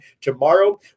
tomorrow